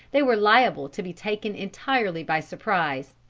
they were liable to be taken entirely by surprise.